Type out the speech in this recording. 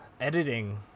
editing